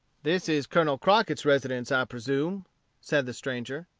this is colonel crockett's residence, i presume said the stranger.